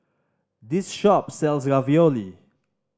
this shop sells Ravioli